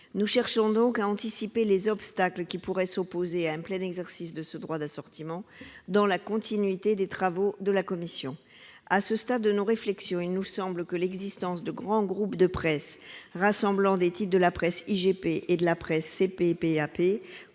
Nous cherchons donc à anticiper les obstacles qui pourraient s'opposer à un plein exercice de ce droit d'assortiment, dans la continuité des travaux de la commission. À ce stade de nos réflexions, il nous semble que l'existence de grands groupes de presse rassemblant des titres de la presse IPG et de la presse CPPAP